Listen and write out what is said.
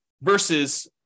versus –